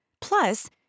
plus